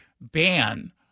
ban